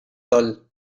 all